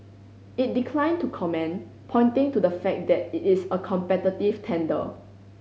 it declined to comment pointing to the fact that it is a competitive tender